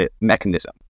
mechanism